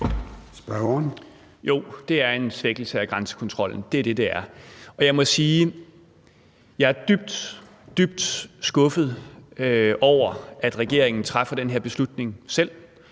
(DF): Jo, det er en svækkelse af grænsekontrollen. Det er det, det er. Og jeg må sige, at jeg er dybt, dybt skuffet over, at regeringen træffer den her beslutning selv.